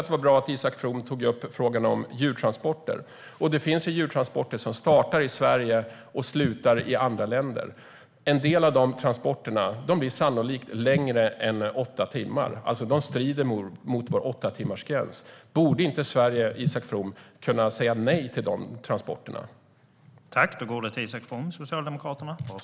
Det var bra att Isak From tog upp frågan om djurtransporter. Det finns djurtransporter som startar i Sverige och slutar i andra länder. En del av dessa transporter blir sannolikt längre än åtta timmar och strider alltså mot vår åttatimmarsgräns. Borde inte Sverige kunna säga nej till dessa transporter, Isak From?